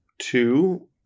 two